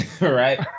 Right